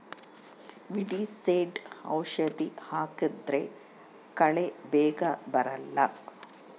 weedicide ಔಷಧಿ ಹಾಕಿದ್ರೆ ಕಳೆ ಬೇಗ ಬರಲ್ಲ